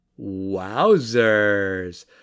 Wowzers